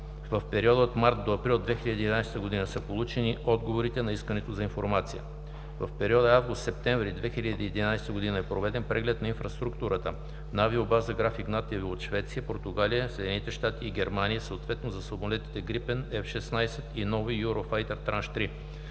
В периода от март до април 2011 г. са получени отговорите на Искането за информация: - в периода август – септември 2011 г. е проведен преглед на инфраструктурата на авиобаза Граф Игнатиево от Швеция, Португалия, САЩ и Германия, съответно за самолети Gripen, F-16 и нови Юрофайтер Транш 3;